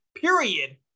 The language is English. period